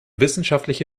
wissenschaftliche